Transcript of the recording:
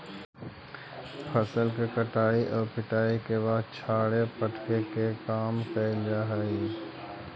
फसल के कटाई आउ पिटाई के बाद छाड़े फटके के काम कैल जा हइ